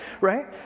right